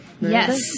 Yes